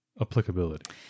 applicability